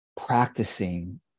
practicing